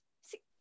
six